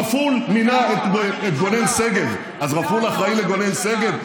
רפול מינה את גונן שגב, אז רפול אחראי לגונן שגב?